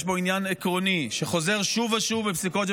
יש כאן עניין עקרוני שחוזר שוב ושוב לפסיקות של